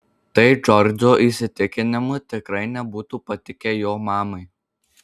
tai džordžo įsitikinimu tikrai nebūtų patikę jo mamai